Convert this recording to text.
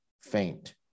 faint